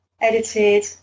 edited